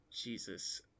Jesus